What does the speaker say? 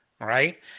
right